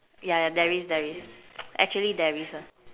yeah yeah there is there is actually there is a